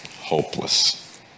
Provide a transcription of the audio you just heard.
hopeless